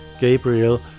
Gabriel